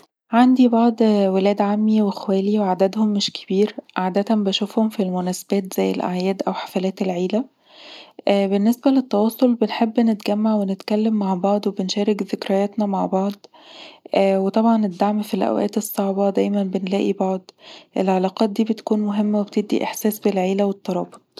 عندي بعض ولاد عمي وأخوالي، وعددهم مش كبير. عادةً بشوفهم في المناسبات زي الأعياد أو حفلات العيله، بالنسبه للتواصل بنحب نتجمع ونتكلم مع بعض، وبنشارك ذكرياتنا مع بعض. وطبعا الدعم في الأوقات الصعبة، دايمًا بنلاقي بعض، العلاقات دي بتكون مهمة وبتدي إحساس بالعيله والترابط